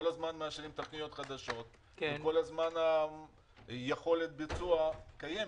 כל הזמן מאשרים תוכניות חדשות וכל הזמן יכולת הביצוע קיימת.